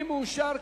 2 לא מאושרת.